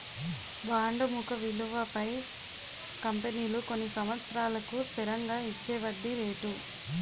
bond ముఖ విలువపై కంపెనీలు కొన్ని సంవత్సరాలకు స్థిరంగా ఇచ్చేవడ్డీ రేటు